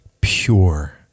Pure